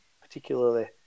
particularly